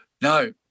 no